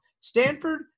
Stanford